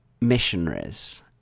missionaries